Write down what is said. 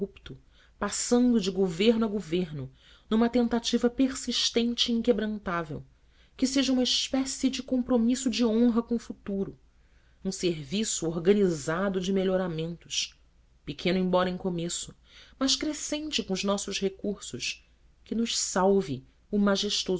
ininterrupto passando de governo a governo numa tentativa persistente e inquebrantável que seja uma espécie de compromisso de honra com o futuro um serviço organizado de melhoramentos pequeno embora em começo mas crescente com os nossos recursos que nos